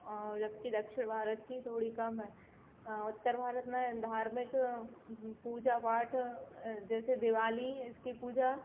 और जबकि दक्षिण भारत की थोड़ी कम है उत्तर भारत में धार्मिक पूजा पाठ जैसे दिवाली इसकी पूजा